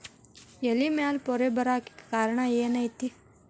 ಎಲೆ ಮ್ಯಾಲ್ ಪೊರೆ ಬರಾಕ್ ಕಾರಣ ಏನು ಐತಿ?